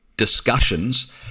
discussions